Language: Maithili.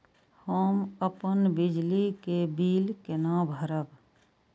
हम अपन बिजली के बिल केना भरब?